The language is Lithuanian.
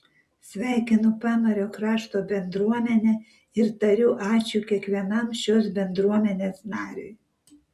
sveikinu pamario krašto bendruomenę ir tariu ačiū kiekvienam šios bendruomenės nariui